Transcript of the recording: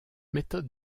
méthode